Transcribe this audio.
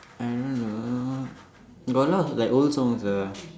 I don't know got a lot of like old songs ah